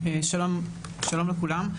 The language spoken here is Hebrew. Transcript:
שלום לכולם.